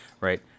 Right